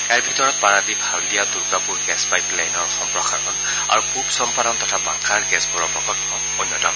ইয়াৰ ভিতৰত পাৰাদ্বীপ হালদীয়া দুৰ্গাপুৰ গেছপাইপ লাইনৰ সম্প্ৰসাৰণ আৰু পূব চম্পাৰণ তথা বাঁকাৰ গেছ ভৰোৱা প্ৰকল্প অন্যতম